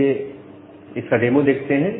आइए इसका डेमो देखते हैं